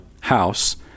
house –